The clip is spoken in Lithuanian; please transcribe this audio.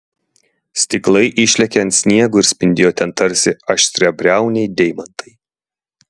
stiklai išlėkė ant sniego ir spindėjo ten tarsi aštriabriauniai deimantai